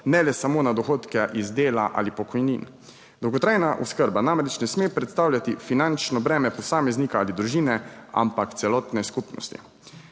ne le samo na dohodke iz dela ali pokojnin. Dolgotrajna oskrba namreč ne sme predstavljati finančno breme posameznika ali družine, ampak celotne skupnosti.